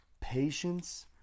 patience